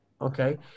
Okay